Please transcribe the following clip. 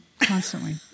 constantly